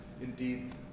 indeed